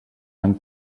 han